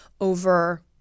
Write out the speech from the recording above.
over